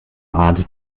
art